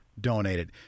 donated